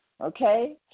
okay